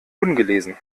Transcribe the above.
ungelesen